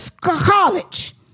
college